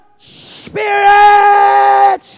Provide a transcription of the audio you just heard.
Spirit